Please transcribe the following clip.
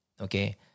okay